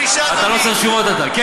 אתה לא צריך תשובות, אתה.